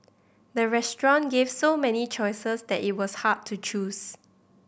the restaurant gave so many choices that it was hard to choose